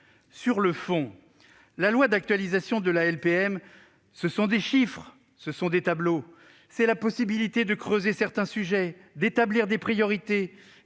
Sur le fond, la loi d'actualisation de la LPM, ce sont des chiffres et des tableaux, c'est la possibilité de creuser certains sujets, d'établir des priorités,